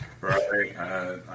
right